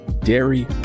dairy